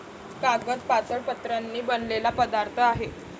कागद पातळ पत्र्यांनी बनलेला पदार्थ आहे